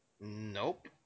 Nope